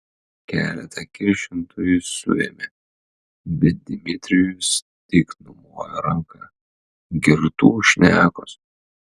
keletą kiršintojų suėmė bet dmitrijus tik numojo ranka girtų šnekos